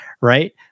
right